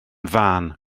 fân